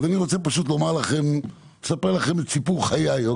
אז אני רוצה לספר לכם את סיפור חיי.